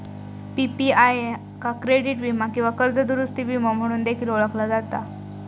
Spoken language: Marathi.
पी.पी.आय का क्रेडिट वीमा किंवा कर्ज दुरूस्ती विमो म्हणून देखील ओळखला जाता